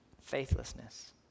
faithlessness